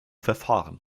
verfahren